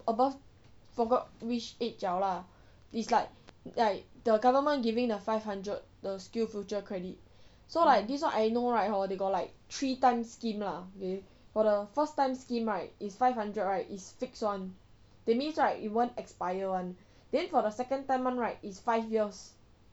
above forgot which age liao lah it's like like the government giving the five hundred the skills future credit so like this one I know right they got like three times scheme lah eh for the first time scheme right is five hundred right is fixed [one] that means right it won't expire [one] then for the second time [one] right is five years